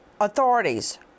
Authorities